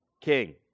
king